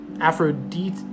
Aphrodite